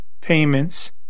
payments